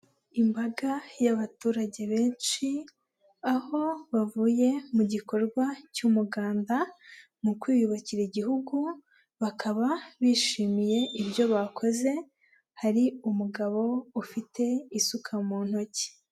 Imbaga y'abaturage benshi, aho bavuye mu gikorwa cy'umuganda mu kwiyubakira igihugu, bakaba bishimiye ibyo bakoze, hari umugabo ufite isuka mu ntoki.